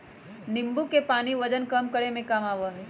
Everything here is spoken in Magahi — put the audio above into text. नींबू के पानी वजन कम करे में काम आवा हई